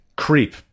Creep